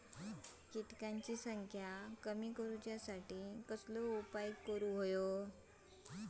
किटकांची संख्या कमी करुच्यासाठी कसलो उपाय करूचो?